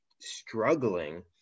struggling